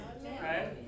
right